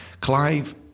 Clive